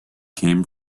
came